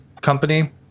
Company